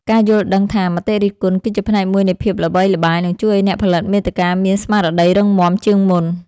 ការយល់ដឹងថា មតិរិះគន់គឺជាផ្នែកមួយនៃភាពល្បីល្បាញ នឹងជួយឱ្យអ្នកផលិតមាតិកាមានស្មារតីរឹងមាំជាងមុន។